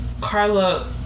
Carla